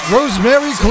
Rosemary